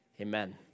Amen